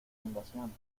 invasión